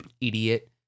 idiot